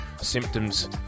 symptoms